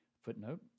Footnote